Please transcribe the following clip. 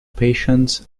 patients